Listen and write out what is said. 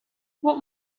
what